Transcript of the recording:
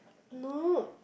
no